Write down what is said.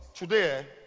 today